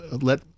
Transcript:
let